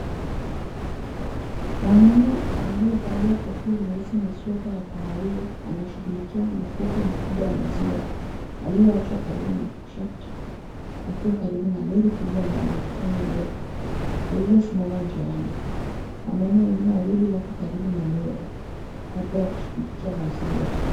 Mwanaume aliyevalia kofia nyeusi na sweta ya kahawia anashughulikia makopo makubwa ya maziwa yaliyoachwa karibu na trakta akiwa karibu na lori kubwa ya Mount Kenya milk lililosimama njiani. Wanaume wengine wawili wako karibu na lori labda wakishughulikia maziwa.